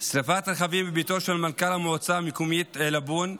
שרפת רכבים בביתו של מנכ"ל המועצה המקומית עילבון,